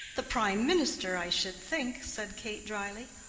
the prime minister, i should think, said kate dryly.